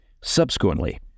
Subsequently